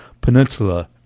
Peninsula